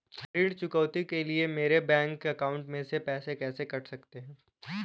ऋण चुकौती के लिए मेरे बैंक अकाउंट में से रुपए कैसे कट सकते हैं?